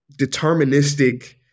deterministic